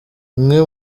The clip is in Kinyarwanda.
umwe